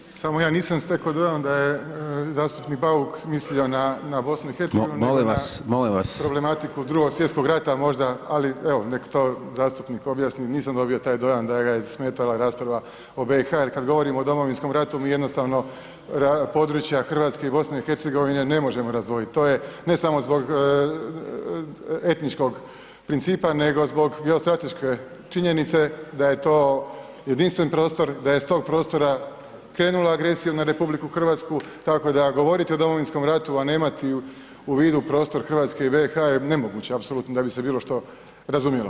Ja nemam šta, samo ja nisam stekao dojam da je zastupnik Bauk mislio na BiH [[Upadica: Molim vas, molim vas]] nego na problematiku Drugog svjetskog rata možda, ali evo, nek to zastupnik objasni, nisam dobio taj dojam da ga je zasmetala rasprava o BiH, jer kad govorimo o Domovinskom ratu, mi jednostavno područja RH i BiH ne možemo razdvojit, to je, ne samo zbog etničkog principa, nego zbog geostrateške činjenice da je to jedinstven prostor, da je s tog prostora krenula agresija na RH, tako da govoriti o Domovinskom ratu, a ne imati u vidu prostor RH i BiH je nemoguće apsolutno da bi se bilo što razumjelo.